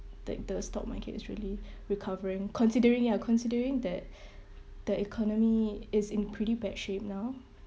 that the stock market is really recovering considering ya considering that the economy is in pretty bad shape now